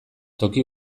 toki